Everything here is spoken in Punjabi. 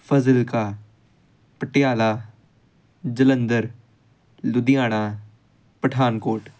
ਫਜ਼ਿਲਕਾ ਪਟਿਆਲਾ ਜਲੰਧਰ ਲੁਧਿਆਣਾ ਪਠਾਨਕੋਟ